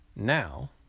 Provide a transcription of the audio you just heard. Now